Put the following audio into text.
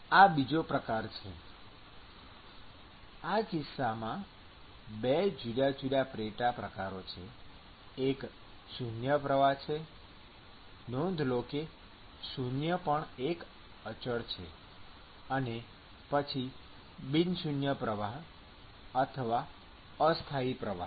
આ બીજો પ્રકાર છે આ કિસ્સામાં બે જુદા જુદા પેટા પ્રકારો છે એક શૂન્ય પ્રવાહ છે નોંધ લો કે શૂન્ય પણ એક અચળ છે અને પછી બિન શૂન્ય પ્રવાહ અથવા અસ્થાયી પ્રવાહ